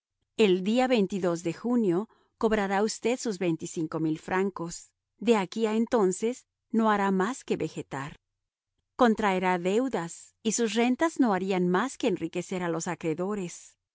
el día de junio cobrará usted sus francos de aquí a entonces no hará más que vegetar contraerá deudas y sus rentas no harían más que enriquecer a los acreedores